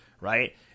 right